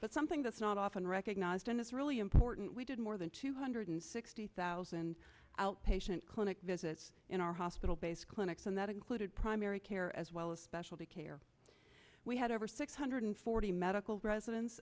but something that's not often recognized and it's really important we did more than two hundred sixty thousand outpatient clinic visits in our hospital based clinics and that included primary care as well as specialty care we had over six hundred forty medical residen